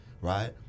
right